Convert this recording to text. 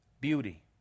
beauty